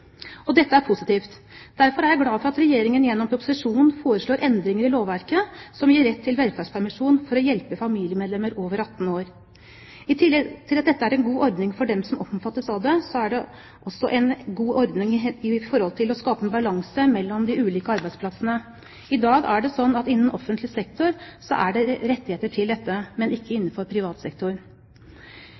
Dette er positivt. Derfor er jeg glad for at Regjeringen i proposisjonen foreslår endringer i lovverket som gir rett til velferdspermisjon for å hjelpe familiemedlemmer over 18 år. I tillegg til at dette er en god ordning for dem som omfattes av den, er det også en god ordning med tanke på å skape balanse mellom de ulike arbeidsplassene. I dag er det slik at innenfor offentlig sektor er det rettigheter til dette, men ikke innenfor